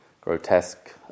grotesque